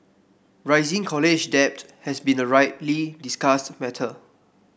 rising college debt has been a widely discussed matter